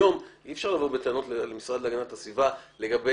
היום אי אפשר לבוא בטענות למשרד להגנת הסביבה לגבי